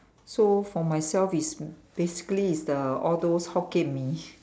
so for myself it's basically it's the all those Hokkien Mee